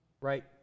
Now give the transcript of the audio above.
Right